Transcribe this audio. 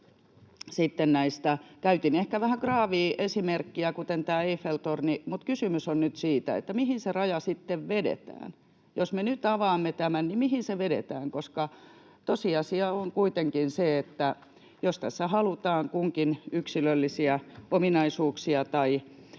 käytin ehkä vähän graavia esimerkkiä, kuten tämä Eiffel-torni, mutta kysymys on nyt siitä, mihin se raja sitten vedetään. Jos me nyt avaamme tämän, niin mihin se vedetään, koska tosiasia on kuitenkin se, että jos tässä halutaan kunkin yksilöllisiä ominaisuuksia